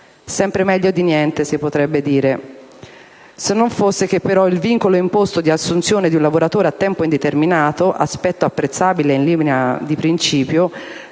Sempre meglio che niente, si potrebbe dire. Se non fosse, però, che il vincolo imposto di assunzione di un lavoratore a tempo indeterminato (aspetto apprezzabile in linea di principio),